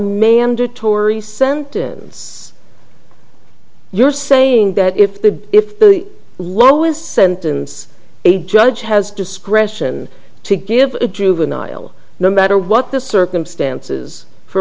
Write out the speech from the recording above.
mandatory sentence you're saying that if the if the lowest sentence a judge has discretion to give a juvenile no matter what the circumstances for